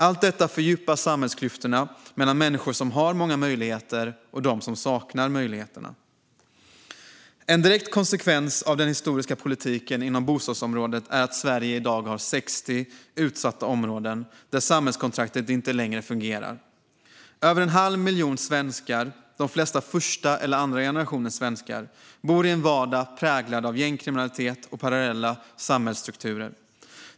Allt detta fördjupar samhällsklyftorna mellan människor som har många möjligheter och dem som saknar möjligheterna. En direkt konsekvens av den historiska politiken inom bostadsområdet är att Sverige i dag har 60 utsatta områden där samhällskontraktet inte längre fungerar. Över en halv miljon svenskar - de flesta första eller andra generationens svenskar - bor i en vardag präglad av gängkriminalitet och parallella samhällsstrukturer.